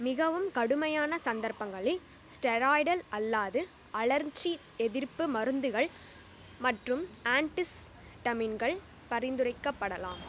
மிகவும் கடுமையான சந்தர்ப்பங்களில் ஸ்டெராய்டல் அல்லாத அழற்சி எதிர்ப்பு மருந்துகள் மற்றும் ஆண்டி ஹிஸ்டமின்கள் பரிந்துரைக்கப்படலாம்